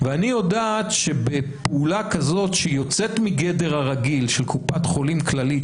ואני יודעת שבפעולה כזאת שיוצאת מגדר הרגיל של קופת חולים כללית,